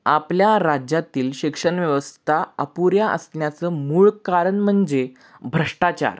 आपल्या राज्यातील शिक्षण व्यवस्था अपुऱ्या असल्याचं मूळ कारण म्हणजे भ्रष्टाचार